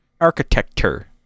architecture